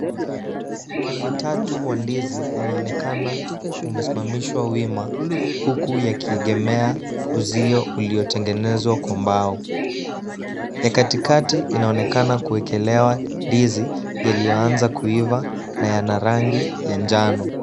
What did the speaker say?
Kungu tatu wa ndizi unaonekana umesimamishwa wima huku yakiegemea uzio uliotengenezwa kwa mbao, ya katikati inaonekana kuekelewa ndizi yaliyo anza kuiva na yana rangi ya njano.